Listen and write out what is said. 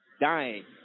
dying